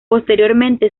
posteriormente